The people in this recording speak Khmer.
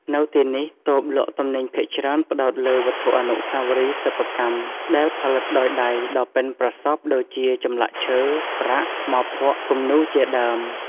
នៅទីនេះ តូបលក់ទំនិញភាគច្រើនផ្តោតលើវត្ថុអនុស្សាវរីយ៍សិប្បកម្មដែលផលិតដោយដៃដ៏ប៉ិនប្រសប់ដូចជាចម្លាក់ឈើ ប្រាក់ ថ្មភក់ គំនូរជាដើម។